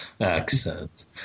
accent